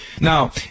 Now